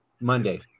Monday